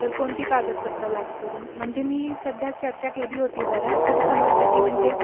तर कोणती कागदपत्रं लागतील म्हणजे मी सध्या चर्चा केली होती जरा तर समजलं की म्हणजे